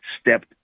stepped